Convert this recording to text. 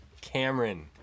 Cameron